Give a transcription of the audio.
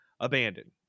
abandoned